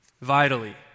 Vitally